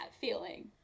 feeling